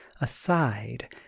aside